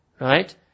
right